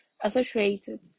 Associated